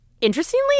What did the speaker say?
Interestingly